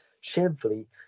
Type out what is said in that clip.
Shamefully